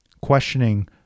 Questioning